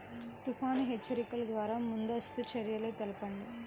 తుఫాను హెచ్చరికల ద్వార ముందస్తు చర్యలు తెలపండి?